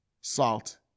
salt